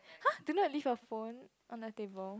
!huh! do not leave your phone on the table